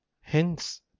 Hence